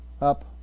up